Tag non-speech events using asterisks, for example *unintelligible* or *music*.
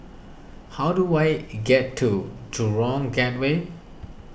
how do I get to *unintelligible* Gateway